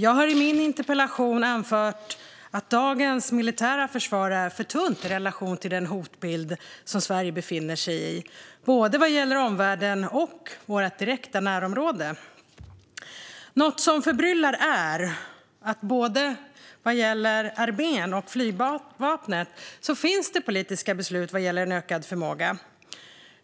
Jag har i min interpellation anfört att dagens militära försvar är för tunt i relation till den hotbild som Sverige står inför, vad gäller både omvärlden och vårt direkta närområde. Något som förbryllar är att det vad gäller både armén och flygvapnet finns politiska beslut om en ökad förmåga.